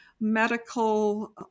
medical